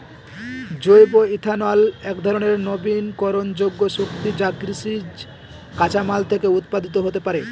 জৈব ইথানল একধরনের নবীকরনযোগ্য শক্তি যা কৃষিজ কাঁচামাল থেকে উৎপাদিত হতে পারে